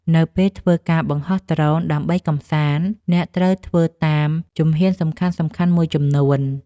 នៅពេលធ្វើការបង្ហោះដ្រូនដើម្បីកម្សាន្ត អ្នកត្រូវធ្វើតាមជំហានសំខាន់ៗមួយចំនួន។